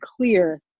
clear